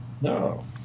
No